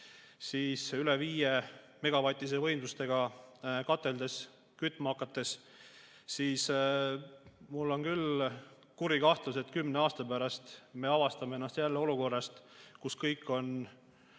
üle 5‑megavatise võimsusega kateldes kütma hakates, siis mul on küll kuri kahtlus, et kümne aasta pärast me avastame ennast jälle olukorrast, kus kõik on